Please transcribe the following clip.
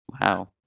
wow